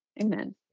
Amen